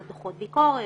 אלא אלה דוחות ביקורת,